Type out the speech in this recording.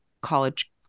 college